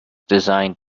designed